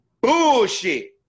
bullshit